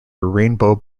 rainbow